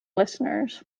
listeners